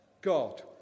God